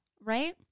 Right